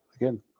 again